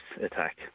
attack